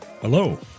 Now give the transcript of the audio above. Hello